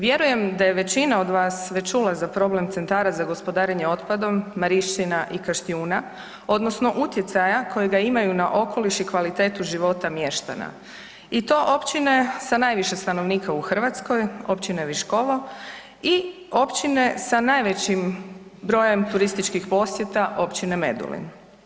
Vjerujem da je većina od vas već čula za problem centara za gospodarenje otpadom Marišćina i Kaštijuna odnosno utjecaja kojega imaju na okoliš i kvalitetu života mještana i to općine sa najviše stanovnika u Hrvatskoj, općine Viškovo i općine sa najvećim brojem turističkih posjeta općine Medulin.